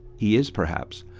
he is, perhaps,